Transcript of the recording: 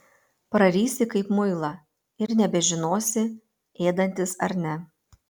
prarysi kaip muilą ir nebežinosi ėdantis ar ne